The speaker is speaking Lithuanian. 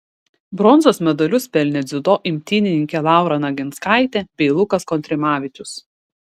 bronzos medalius pelnė dziudo imtynininkė laura naginskaitė bei lukas kontrimavičius